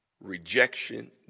rejection